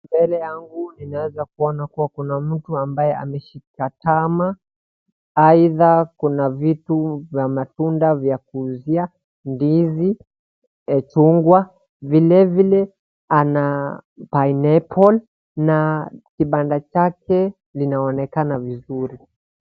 Mbele yangu ninaweza kuona kuwa kuna mtu ambaye ameshika tama. Aidha kuna vitu vya matunda vya kuuzia, ndizi , chungwa vilevile ana pineapple na kibanda chake linaonekana vizuri.